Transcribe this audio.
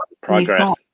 progress